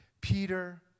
Peter